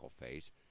face